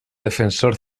defensor